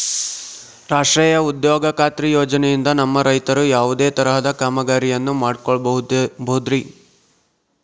ರಾಷ್ಟ್ರೇಯ ಉದ್ಯೋಗ ಖಾತ್ರಿ ಯೋಜನೆಯಿಂದ ನಮ್ಮ ರೈತರು ಯಾವುದೇ ತರಹದ ಕಾಮಗಾರಿಯನ್ನು ಮಾಡ್ಕೋಬಹುದ್ರಿ?